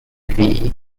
vie